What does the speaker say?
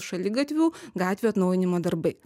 šaligatvių gatvių atnaujinimo darbai